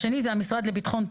המשרד לביטחון פנים,